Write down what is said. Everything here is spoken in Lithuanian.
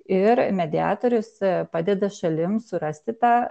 ir mediatorius padeda šalims surasti tą